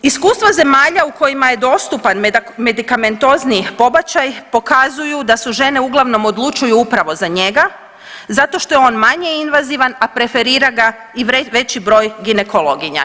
Iskustva zemalja u kojima je dostupan medikamentozni pobačaj pokazuju da se žene uglavnom odlučuju upravo za njega zato što je on manje invazivan, a preferira ga i veći broj ginekologinja.